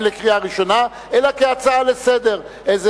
לקריאה ראשונה אלא לדיון כהצעה לסדר-היום.